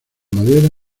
madera